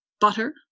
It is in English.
butter